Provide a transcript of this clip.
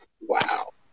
Wow